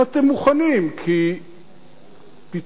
כי פתאום הסתבר,